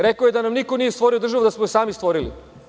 Rekao je da nam niko nije stvorio državu, da smo je sami stvorili.